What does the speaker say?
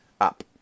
up